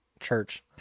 church